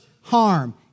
harm